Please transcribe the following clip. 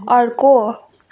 अर्को